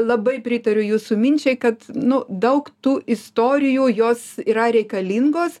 labai pritariu jūsų minčiai kad nu daug tų istorijų jos yra reikalingos